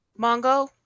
mongo